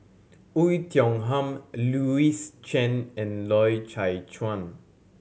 Oei Tiong Ham Louis Chen and Loy Chye Chuan